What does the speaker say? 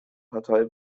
partei